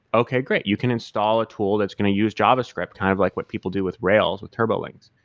okay, great. you can install a tool that's going to use javascript, kind of like what people do with rails, with turbolinks,